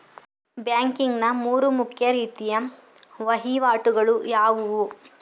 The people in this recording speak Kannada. ಬ್ಯಾಂಕಿಂಗ್ ನ ಮೂರು ಮುಖ್ಯ ರೀತಿಯ ವಹಿವಾಟುಗಳು ಯಾವುವು?